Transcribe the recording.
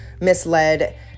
misled